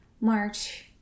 march